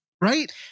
Right